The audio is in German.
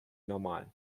normal